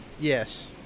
Yes